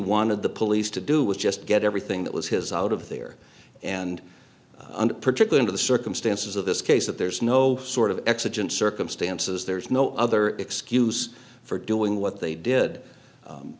wanted the police to do was just get everything that was his out of there and particular into the circumstances of this case that there's no sort of exigent circumstances there's no other excuse for doing what they did